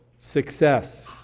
success